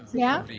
yeah?